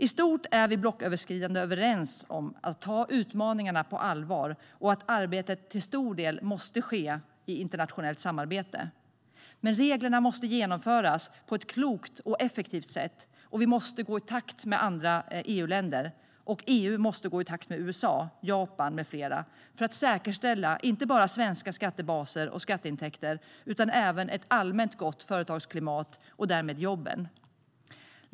I stort är vi blocköverskridande överens om att ta utmaningarna på allvar och att arbetet till stor del måste ske i internationellt samarbete. Men reglerna måste genomföras på ett klokt och effektivt sätt. Vi måste gå i takt med andra EU-länder, och EU måste gå i takt med USA, Japan med flera för att säkerställa inte bara svenska skattebaser och skatteintäkter utan även ett allmänt gott företagsklimat och därmed jobben.